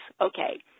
Okay